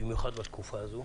במיוחד בתקופה הזו.